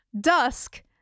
Dusk